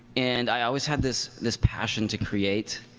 and i always had this this passion to create.